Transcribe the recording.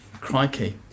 crikey